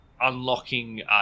unlocking